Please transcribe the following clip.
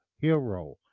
Hero